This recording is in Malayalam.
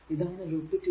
ഇതാണ് ലൂപ്പ് 2